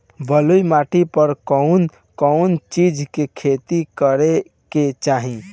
बलुई माटी पर कउन कउन चिज के खेती करे के चाही?